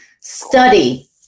study